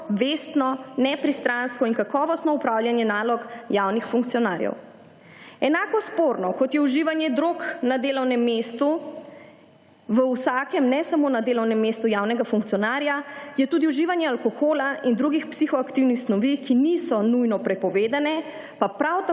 vestno, nepristransko in kakovostno upravljanje nalog javnih funkcionarjev. Enako sporno kot je uživanje drog na delovnem mestu, v vsakem, ne samo na delovnem mestu javnega funkcionarja, je tudi uživanje alkohola in drugih psihoaktivnih snovi, ki niso nujno prepovedane, pa prav tako